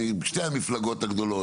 משתי המפלגות הגדולות,